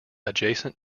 adjacent